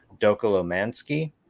Dokolomansky